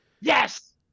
Yes